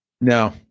No